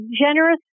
generous